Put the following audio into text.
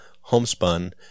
homespun